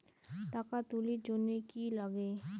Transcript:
টাকা তুলির জন্যে কি লাগে?